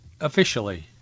officially